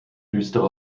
düstere